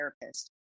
therapist